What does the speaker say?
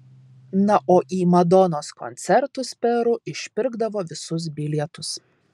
na o į madonos koncertus peru išpirkdavo visus bilietus